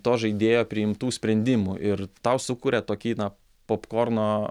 to žaidėjo priimtų sprendimų ir tau sukuria tokį na popkorno